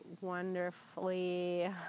wonderfully